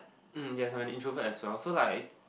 mm yes I'm introvert as well so like I